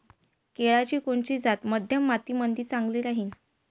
केळाची कोनची जात मध्यम मातीमंदी चांगली राहिन?